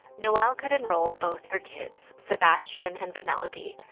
noelle could enroll both her kids, sebastian and penelope,